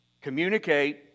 communicate